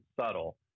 subtle